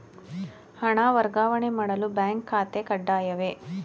ಹಣ ವರ್ಗಾವಣೆ ಮಾಡಲು ಬ್ಯಾಂಕ್ ಖಾತೆ ಕಡ್ಡಾಯವೇ?